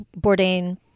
Bourdain